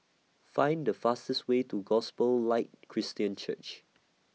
Find The fastest Way to Gospel Light Christian Church